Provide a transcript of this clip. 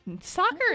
Soccer